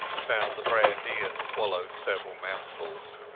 found the brandy and swallowed several mouthfuls.